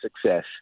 success